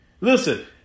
Listen